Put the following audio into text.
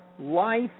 life